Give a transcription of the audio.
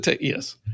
yes